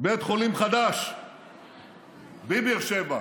בית חולים חדש בבאר שבע.